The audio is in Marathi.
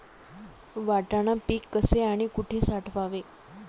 वाटाणा पीक कसे आणि कुठे साठवावे?